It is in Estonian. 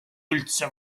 üldse